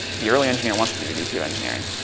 the early engineer wants to be the vp of engineering,